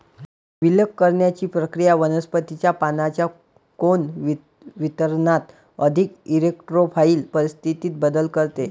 विलग करण्याची प्रक्रिया वनस्पतीच्या पानांच्या कोन वितरणात अधिक इरेक्टोफाइल परिस्थितीत बदल करते